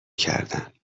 کردن